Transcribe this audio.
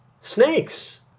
snakes